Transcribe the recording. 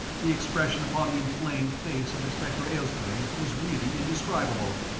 the expression upon the inflamed face of inspector aylesbury was really indescribable,